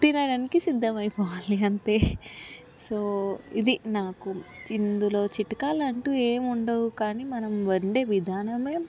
తినడానికి సిద్ధమయిపోవాలి అంతే సో ఇది నాకు ఇందులో చిట్కాలు అంటూ ఏముండవు కానీ మనం వండే విధానమే